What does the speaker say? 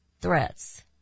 threats